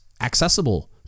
accessible